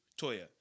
Toya